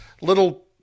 little